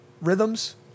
rhythms